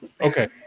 Okay